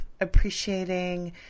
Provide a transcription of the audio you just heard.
appreciating